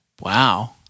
Wow